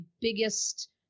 biggest